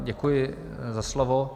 Děkuji za slovo.